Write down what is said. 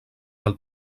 del